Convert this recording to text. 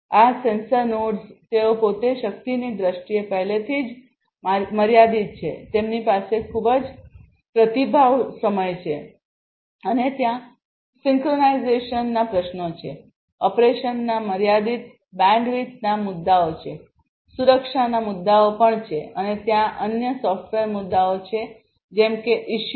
આ sensor nodes તેઓ પોતે શક્તિની દ્રષ્ટિએ પહેલેથી જ મર્યાદિત છે તેમની પાસે ખૂબ જ પ્રતિભાવ સમય છે અને ત્યાં સિંક્રનાઇઝેશનના પ્રશ્નો છે ઓપરેશનના મર્યાદિત બેન્ડવિડ્થના મુદ્દાઓ છે સુરક્ષાના મુદ્દાઓ પણ છે અને ત્યાં અન્ય સોફ્ટવેર મુદ્દાઓ છે જેમ કે ઇશ્યૂ